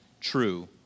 true